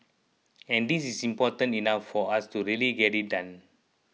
and this is important enough for us to really get it done